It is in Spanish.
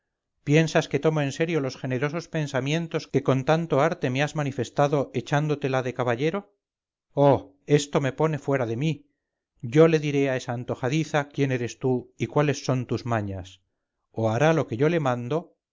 piensas que tomo en serio los generosos pensamientos que con tanto arte me has manifestado echándotela de caballero oh esto me pone fuera de mí yo le diré a esa antojadiza quién eres tú y cuáles son tus mañas o hará lo que yo le mando